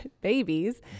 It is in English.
babies